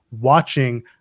watching